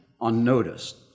unnoticed